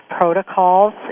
protocols